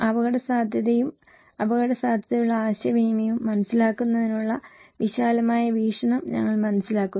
അപകടസാധ്യതയും അപകടസാധ്യതയുള്ള ആശയവിനിമയവും മനസ്സിലാക്കുന്നതിനുള്ള വിശാലമായ വീക്ഷണം ഞങ്ങൾ മനസ്സിലാക്കുന്നു